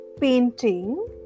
painting